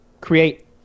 create